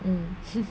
um